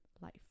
life